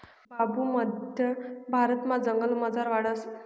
बांबू मध्य भारतमा जंगलमझार वाढस